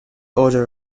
order